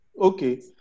okay